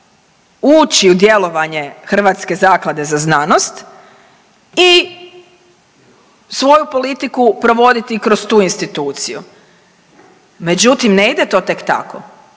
uči u djelovanje Hrvatske zaklade za znanost i svoju politiku provoditi kroz tu instituciju. Međutim, ne ide to tek tako,